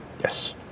Yes